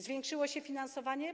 Zwiększyło się finansowanie.